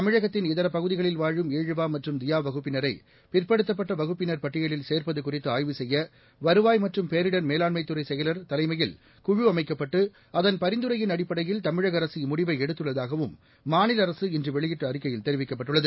தமிழகத்தின் இதரபகுதிகளில் வாழும் ஈழுவாமற்றும் தீயாவகுப்பினரைபிற்படுத்தப்பட்டவகுப்பினர் பட்டியலில் சேர்ப்பதுகுறித்துஆய்வு செய்யவருவாய் மற்றும் பேரிடர் மேலாண்மைத் துறைசெயலர் தலையில் குழு அமைக்கப்பட்டுஅதன் பரிந்துரையின் தமிழகஅரசு இம்முடிவைஎடுத்துள்ளதாகவும் மாநிலஅரசு இன்றுவெளியிட்டஅறிக்கையில் தெரிவிக்கப்பட்டுள்ளது